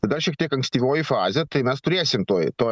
tada šiek tiek ankstyvoji fazė tai mes turėsim tuoj tuoj